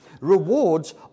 Rewards